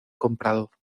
comprador